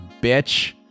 bitch